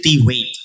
weight